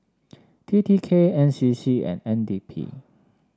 T T K N C C and N D P